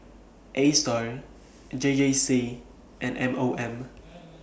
ASTAR and J J C and M O M